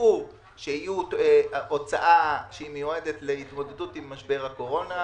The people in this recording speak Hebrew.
שקבעו שתהיה הוצאה שמיועדת להתמודדות עם משבר הקורונה,